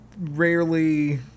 rarely